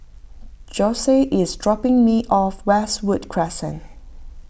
Josef is dropping me off Westwood Crescent